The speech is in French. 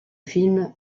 film